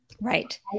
Right